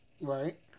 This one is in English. right